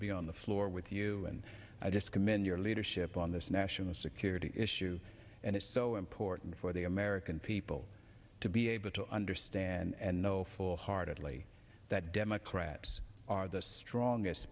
be on the floor with you and i just commend your leadership on this national security issue and it's so important for the american people to be able to understand and know for hardly that democrats are the strongest